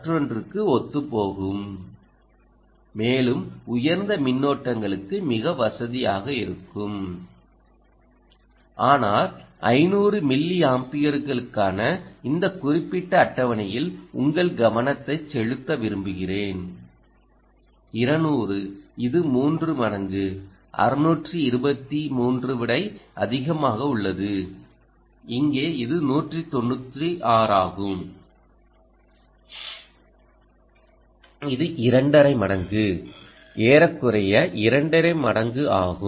மற்றொன்றுக்கு ஒத்துப்போகும் மேலும் உயர்ந்த மின்னோட்டங்களுக்கு மிக வசதியாக இருக்கும் ஆனால் 500 மில்லியம்பீர்களுக்கான இந்த குறிப்பிட்ட அட்டவணையில் உங்கள் கவனத்தை செலுத்த விரும்புகிறேன் 200 இது மூன்று மடங்கு 623 ஐ விட அதிகமாக உள்ளது இங்கே இது 196 ஆகும் இது இரண்டரை மடங்கு ஏறக்குறைய இரண்டரை மடங்கு ஆகும்